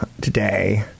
today